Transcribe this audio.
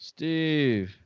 Steve